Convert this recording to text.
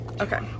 Okay